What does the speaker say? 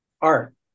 art